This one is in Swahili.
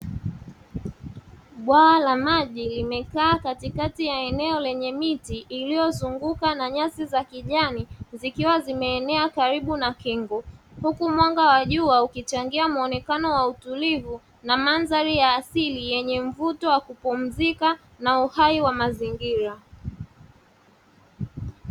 Bwawa la maji limekaa katikati ya iliyozungukwa na nyasi za kijani, zikiwa zimeenea karibu na kingo huku mwanga wa jua ukichangia muonekano wa utulivu na mandhari ya kiasili, yenye mvuto wa kupumzika na uhai wa mazingira.